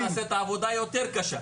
ולך תעשה את העבודה יותר קשה.